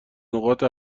نقاط